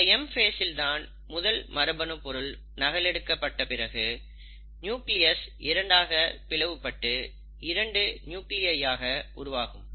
இந்த M phase இல் தான் முதல் மரபணு பொருள் நகல் எடுக்கப்பட்ட பிறகு நியூக்ளியஸ் இரண்டாக பிளவுபட்டு 2 நியூக்ளியய் ஆக உருவாகும்